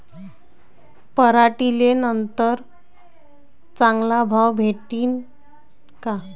पराटीले नंतर चांगला भाव भेटीन का?